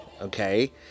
okay